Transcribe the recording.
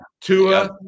Tua